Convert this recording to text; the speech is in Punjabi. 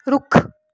ਰੁੱਖ